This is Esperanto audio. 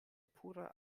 pura